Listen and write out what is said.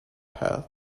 path